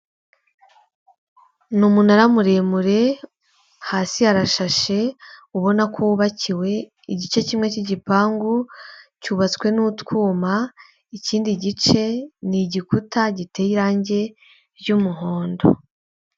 Ni umunara muremure hasi hashashe ubona ko wubakiwe, igice kimwe cygipangu cyubatswe n'utwuma ikindi gice ni igikuta giteye irangi ry'umuhondo.